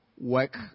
work